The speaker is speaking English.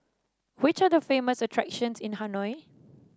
which are the famous attractions in Hanoi